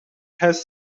has